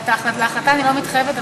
להחלטה אני לא מתחייבת,